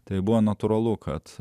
tai buvo natūralu kad